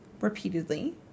repeatedly